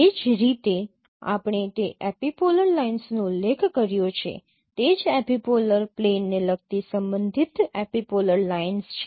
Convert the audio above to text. એ જ રીતે આપણે તે એપિપોલર લાઇન્સનો ઉલ્લેખ કર્યો છે તે જ એપિપોલર પ્લેનને લગતી સંબંધિત એપિપોલર લાઇન્સ છે